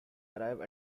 arrive